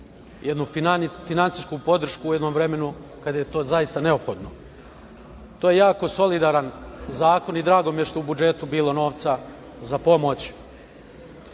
jednu finansijsku podršku u jednom vremenu kada je to zaista neophodno. To je jako solidaran zakon i drago mi je što je u budžetu bilo novca za pomoć